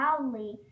loudly